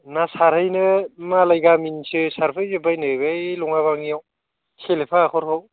ना सारहैनो मालाय गामिनि सो सारफैजोबबायनो बै लङा बाङियाव सेलेफा हाख'राव